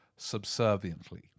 Subserviently